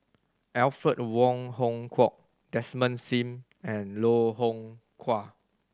Alfred Wong Hong Kwok Desmond Sim and Loh Hoong Kwan